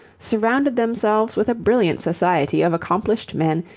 surrounded themselves with a brilliant society of accomplished men,